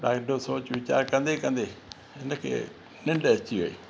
ॾाढो सोच वीचारु कंदे कंदे हिन खे निंड अची वई